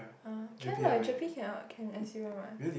ah can [what] GERPE cannot can S_U [one] [what]